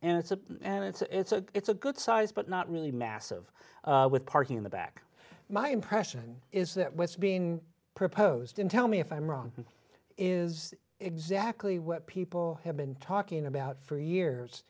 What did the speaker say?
and it's a and it's a it's a good size but not really massive with parking in the back my impression is that what's being proposed in tell me if i'm wrong is exactly what people have been talking about for years